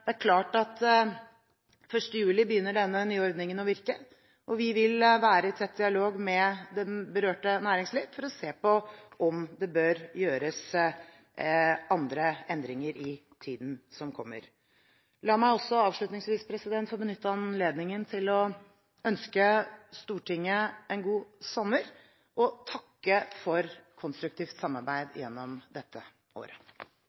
nye ordningen begynner å virke 1. juli, og vi vil være i tett dialog med det berørte næringsliv for å se på om det bør gjøres andre endringer i tiden som kommer. La meg helt til slutt benytte anledningen til å ønske Stortinget en god sommer og takke for konstruktivt samarbeid gjennom dette året.